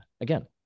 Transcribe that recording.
Again